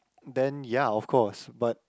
then ya of course but